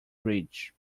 bridge